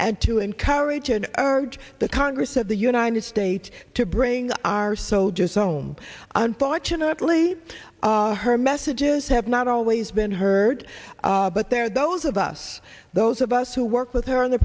and to encourage and urge the congress of the united states to bring our soldiers home unfortunately her messages have not always been heard but there are those of us those of us who work with her in the